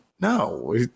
no